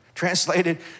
Translated